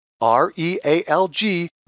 R-E-A-L-G